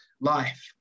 life